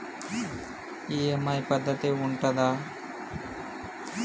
EMI పద్ధతి ఉంటదా?